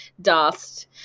dust